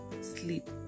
sleep